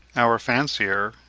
our fancier,